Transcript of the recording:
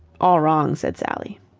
all wrong, said sally.